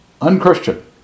Unchristian